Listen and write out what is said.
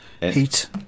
heat